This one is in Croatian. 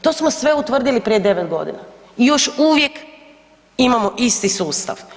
To smo sve utvrdili prije 9.g. i još uvijek imamo isti sustav.